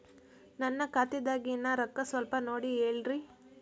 ನನ್ನ ಖಾತೆದಾಗಿನ ರೊಕ್ಕ ಸ್ವಲ್ಪ ನೋಡಿ ಹೇಳ್ರಿ